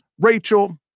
Rachel